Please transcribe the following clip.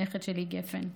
הנכד שלי גפן.